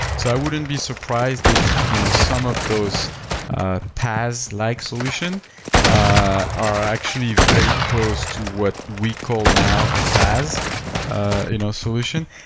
so i wouldn't be surprised if you know some of those pass-like solution are actually very close to what we call now a fas ah you know solution.